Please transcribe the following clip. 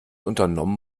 unternommen